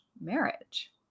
marriage